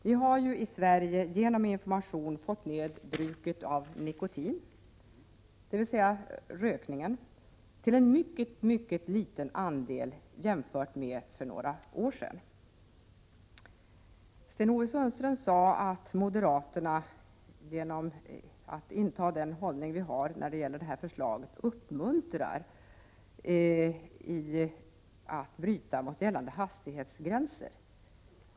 Vi har ju i Sverige genom information fått ner bruket av nikotin, dvs. rökningen, till en mycket liten andel jämfört med för några år sedan. Sten-Ove Sundström sade att moderaterna, genom att inta denna hållning när det gäller förslaget, uppmuntrar brott mot gällande hastighetsgränser.